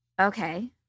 Okay